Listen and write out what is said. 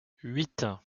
huit